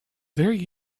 very